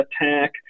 attack